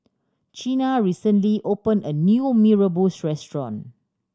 Chynna recently opened a new Mee Rebus restaurant